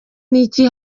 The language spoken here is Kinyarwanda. n’iki